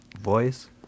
voice